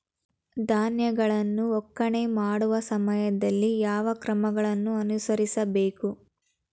ಧಾನ್ಯಗಳನ್ನು ಒಕ್ಕಣೆ ಮಾಡುವ ಸಮಯದಲ್ಲಿ ಯಾವ ಕ್ರಮಗಳನ್ನು ಅನುಸರಿಸಬೇಕು?